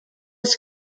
was